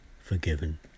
forgiven